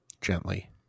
gently